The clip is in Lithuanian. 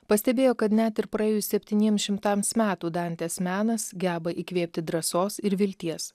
pastebėjo kad net ir praėjus septyniems šimtams metų dantės menas geba įkvėpti drąsos ir vilties